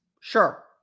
Sure